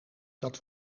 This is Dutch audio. dat